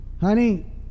Honey